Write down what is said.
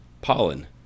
pollen